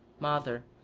mother,